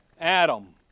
Adam